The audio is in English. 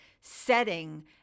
setting